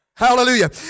Hallelujah